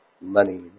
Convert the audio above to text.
money